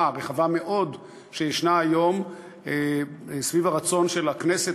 מאוד שישנה היום סביב הרצון של הכנסת,